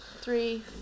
Three